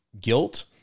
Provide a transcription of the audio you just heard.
guilt